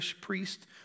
priest